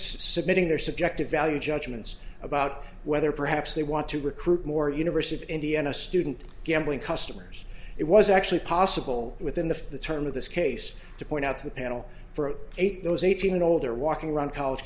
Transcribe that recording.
submitting their subjective value judgments about whether perhaps they want to recruit more university indiana student gambling customers it was actually possible within the terms of this case to point out to the panel for eight those eighteen and older walking around college